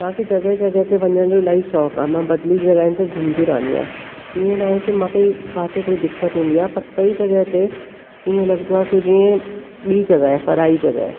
माखे जॻह जॻह ते वञण जो इलाही शौक़ु आहे मां बदली जॻहियुनि ते घुमंदी रहंदी आहियां ईअं न आहे की मूंखे किते कोई दिक़त ईंदी आहे पर कई जॻह ते ईअं लॻदो आहे कि जीअं ॿी जॻह आहे पराई जॻह आहे